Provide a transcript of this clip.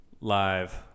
Live